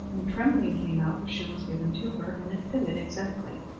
when trembling came out, the shoe was given to her, and it fitted exactly.